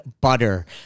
butter